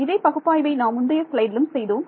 இதே பகுப்பாய்வை நாம் முந்தைய ஸ்லைடிலும் செய்தோம்